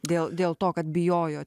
dėl dėl to kad bijojo